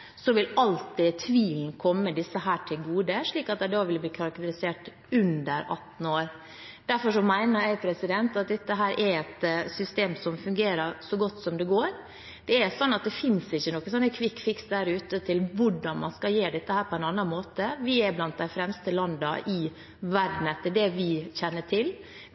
så godt som det går an. Det finnes ingen «quick fix» der ute for hvordan man skal gjøre dette på en annen måte. Vi er blant de fremste landene i verden, etter det vi kjenner til.